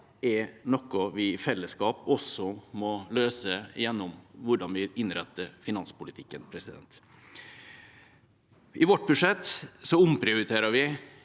er noe vi i fellesskap også må løse gjennom hvordan vi innretter finanspolitikken. I vårt budsjett omprioriterer vi